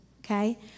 okay